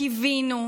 קיווינו,